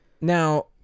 now